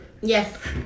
Yes